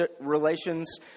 relations